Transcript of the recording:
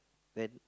then